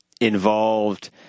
involved